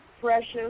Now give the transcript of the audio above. precious